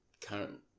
current